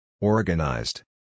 Organized